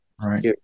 right